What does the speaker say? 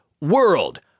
world